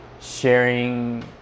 sharing